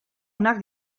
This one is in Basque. onak